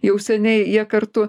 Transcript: jau seniai jie kartu